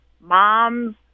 moms